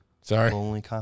Sorry